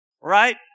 Right